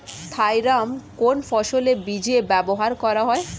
Thiram কোন ফসলের বীজে ব্যবহার করা হয়?